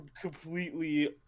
Completely